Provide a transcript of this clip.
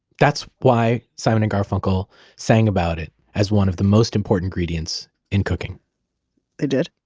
that's why simon and garfunkel sang about it as one of the most important ingredients in cooking they did?